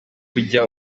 kujya